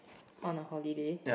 want a holiday